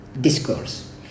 discourse